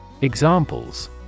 Examples